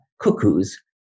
Cuckoos